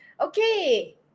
Okay